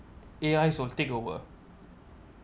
A_I will takeover